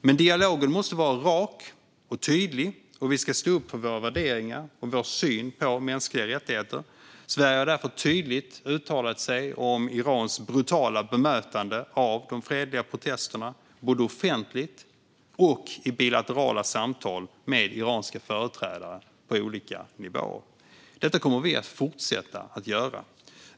Men dialogen måste vara rak och tydlig, och vi ska stå upp för våra värderingar och vår syn på mänskliga rättigheter. Sverige har därför tydligt uttalat sig om Irans brutala bemötande av de fredliga protesterna, både offentligt och i bilaterala samtal med iranska företrädare på olika nivåer. Detta kommer vi att fortsätta göra.